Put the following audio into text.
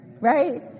right